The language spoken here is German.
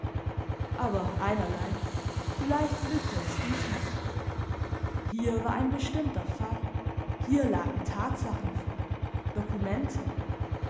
aber einerlei vielleicht glückte es diesmal hier war ein bestimmter fall hier lagen tatsachen vor dokumente